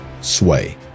sway